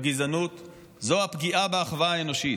הוא הפגיעה באחווה האנושית.